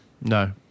No